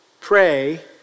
pray